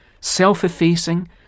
self-effacing